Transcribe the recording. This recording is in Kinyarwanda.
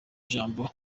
jambo